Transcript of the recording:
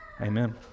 Amen